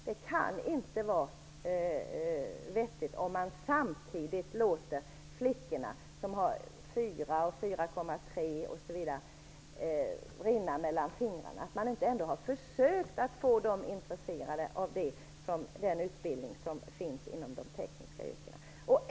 Det kan inte vara vettigt om man samtidigt låter flickor som har 4,0, 4,3 osv. rinna mellan fingrarna. Man har inte ens försökt få dessa flickor intresserade av den utbildning som finns inom de tekniska yrkena.